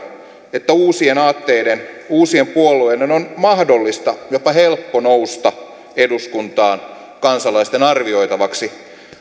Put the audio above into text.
että uusien aatteiden uusien puolueiden on mahdollista jopa helppo nousta eduskuntaan kansalaisten arvioitavaksi